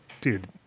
dude